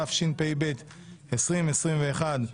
התשפ"ב-2021,